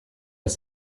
his